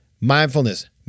Mindfulness